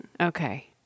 Okay